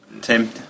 Tim